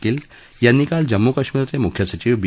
gill यांनी काल जम्मू काश्मीरचे मुख्य सचिव बी